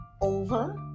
over